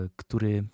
który